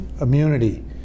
immunity